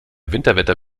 winterwetter